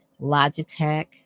Logitech